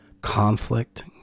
conflict